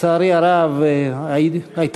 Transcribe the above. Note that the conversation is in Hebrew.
לצערי הרב, הגיע